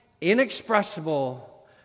inexpressible